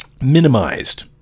Minimized